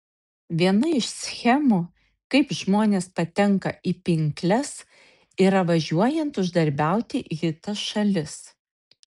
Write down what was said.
viena iš schemų kaip žmonės patenka į pinkles yra važiuojant uždarbiauti į kitas šalis